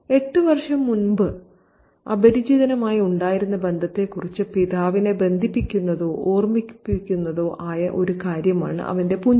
8 വർഷം മുമ്പ് അപരിചിതനുമായി ഉണ്ടായിരുന്ന ബന്ധത്തെക്കുറിച്ച് പിതാവിനെ ബന്ധിപ്പിക്കുന്നതോ ഓർമ്മിപ്പിക്കുന്നതോ ആയ ഒരു കാര്യമാണ് അവന്റെ പുഞ്ചിരി